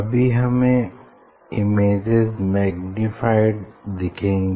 अभी हमें images magnified दिखेंगी